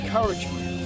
Encouragement